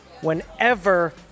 whenever